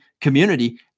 community